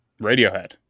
Radiohead